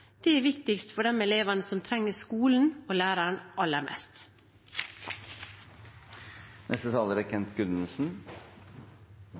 Det er viktigst for de elevene som trenger skolen og læreren aller mest.